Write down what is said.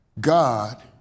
God